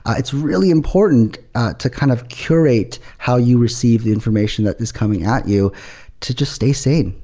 it's really important to kind of curate how you receive the information that is coming at you to just stay sane,